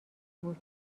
بود